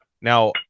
now